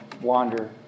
wander